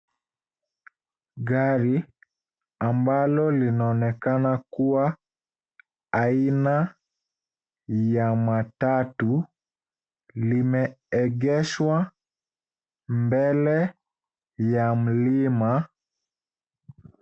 Gari ambalo linaonekana kuwa aina ya matatu limeegeshwa mbele ya mlima.